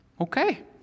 Okay